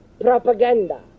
propaganda